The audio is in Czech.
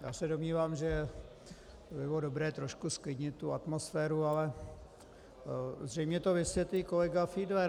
Já se domnívám, že by bylo dobré trochu zklidnit tu atmosféru, ale zřejmě to vysvětlí kolega Fiedler.